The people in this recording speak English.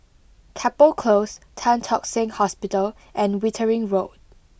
Chapel Close Tan Tock Seng Hospital and Wittering Road